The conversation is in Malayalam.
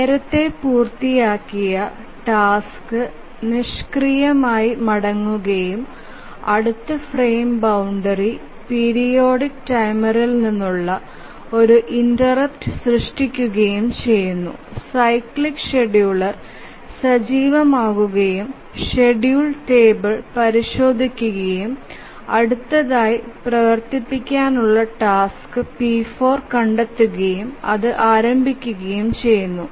നേരത്തേ പൂർത്തിയാക്കിയ ടാസ്ക് നിഷ്ക്രിയമായി മടങ്ങുകയും അടുത്ത ഫ്രെയിം ബൌണ്ടറി പീരിയോഡിക് ടൈമറിൽ നിന്നുള്ള ഒരു ഇന്റെര്പ്ട് സൃഷ്ടിക്കുകയും ചെയ്യുന്നു സൈക്ലിക് ഷെഡ്യൂളർ സജീവമാവുകയും ഷെഡ്യൂൾ ടേബിൾ പരിശോധിക്കുകയും അടുത്തതായി പ്രവർത്തിപ്പിക്കാനുള്ള ടാസ്ക് p4 കണ്ടെത്തുകയും അത് ആരംഭിക്കുകയും ചെയുന്നു